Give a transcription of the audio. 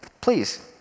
Please